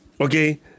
okay